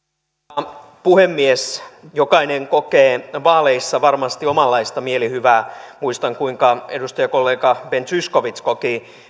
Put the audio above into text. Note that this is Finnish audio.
arvoisa puhemies jokainen kokee vaaleissa varmasti omanlaistaan mielihyvää muistan kuinka edustajakollega ben zyskowicz koki